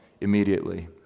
immediately